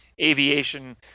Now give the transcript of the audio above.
aviation